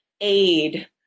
aid